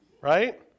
right